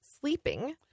sleeping